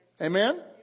Amen